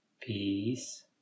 Peace